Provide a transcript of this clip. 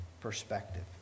perspective